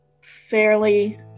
fairly